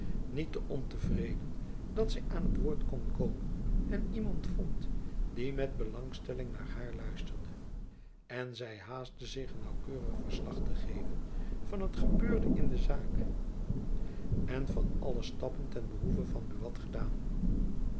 niet te onvreden dat zy aan t woord kon komen en iemand vond die met belangstelling naar haar luisterde en zy haastte zich een naauwkeurig verslag te geven van het gebeurde in de zaak en van alle stappen ten behoeve van buat gedaan